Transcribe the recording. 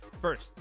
First